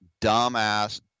dumbass